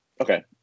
Okay